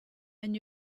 and